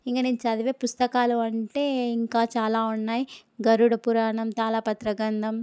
ఇంక నేను చదివే పుస్తకాలు అంటే ఇంకా చాలా ఉన్నాయి గరుడ పురాణం తాళపత్ర గ్రంథం